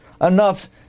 enough